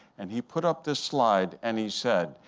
and he put up this slide, and he said,